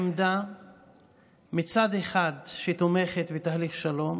עמדה שתומכת בתהליך שלום